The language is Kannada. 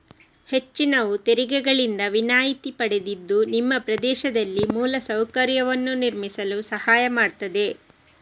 ಹೆಚ್ಚಿನವು ತೆರಿಗೆಗಳಿಂದ ವಿನಾಯಿತಿ ಪಡೆದಿದ್ದು ನಿಮ್ಮ ಪ್ರದೇಶದಲ್ಲಿ ಮೂಲ ಸೌಕರ್ಯವನ್ನು ನಿರ್ಮಿಸಲು ಸಹಾಯ ಮಾಡ್ತದೆ